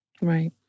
Right